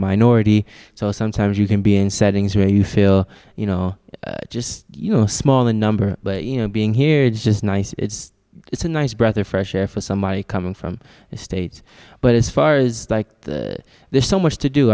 minority so sometimes you can be in settings where you feel you know just you know small in number but you know being here just nice it's a nice breath of fresh air for somebody coming from the states but as far as like there's so much to do